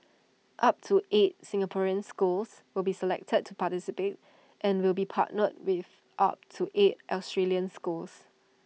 up to eight Singaporean schools will be selected to participate and will be partnered with up to eight Australian schools